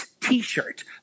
T-shirt